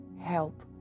help